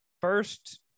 First